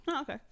Okay